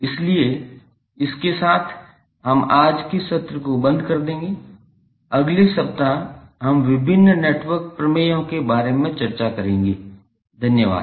इसलिए इसके साथ हम आज के सत्र को बंद कर देंगे अगले सप्ताह हम विभिन्न नेटवर्क प्रमेयों के बारे में चर्चा करेंगे धन्यवाद